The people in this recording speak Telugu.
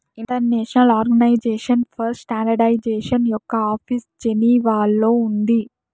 ఇంటర్నేషనల్ ఆర్గనైజేషన్ ఫర్ స్టాండర్డయిజేషన్ యొక్క ఆఫీసు జెనీవాలో ఉంది